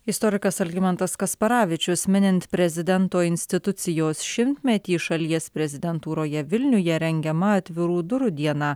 istorikas algimantas kasparavičius minint prezidento institucijos šimtmetį šalies prezidentūroje vilniuje rengiama atvirų durų diena